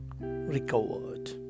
recovered